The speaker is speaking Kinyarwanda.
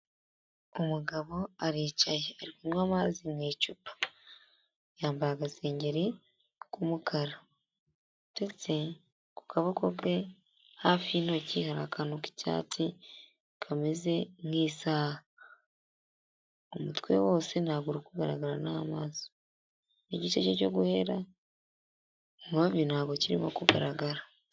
Umugabo aricaye, ari kunywa amazi mu icupa, yambaye agasengeri k'umukara ndetse ku kaboko ke hafi y'intoki hari akantu k'icyatsi, kameze nk'isaha, umutwe wose ntabwo uri kugaragara n'amaso, igice cye cyo guhera ku mavi ntabwo kirimo kugaragara.